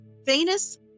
Venus